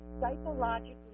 psychologically